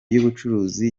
y’ubucuruzi